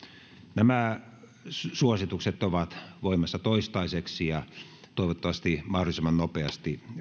nämä suositukset ovat voimassa toistaiseksi ja toivottavasti mahdollisimman nopeasti